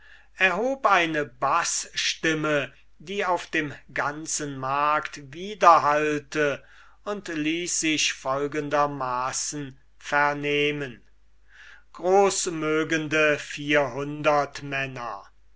erhob eine baßstimme die auf dem ganzen markt widerhallte und ließ sich folgendermaßen vernehmen großmögende vierhundertmänner